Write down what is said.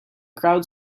crowd